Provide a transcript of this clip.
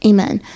Amen